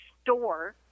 store